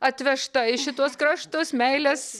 atvežta į šituos kraštus meilės